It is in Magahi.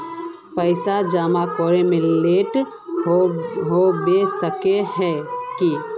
पैसा जमा करे में लेट होबे सके है की?